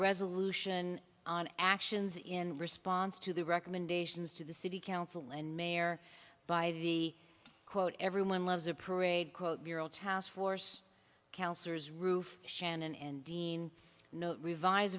resolution on actions in response to the recommendations to the city council and mayor by the quote everyone loves a parade quote your old house force councillors roof shannon and dean no revise